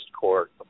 court